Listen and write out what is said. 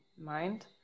mind